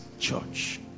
church